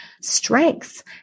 strengths